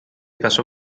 casó